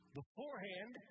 beforehand